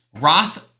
Roth